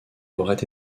aurait